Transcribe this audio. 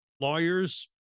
Lawyers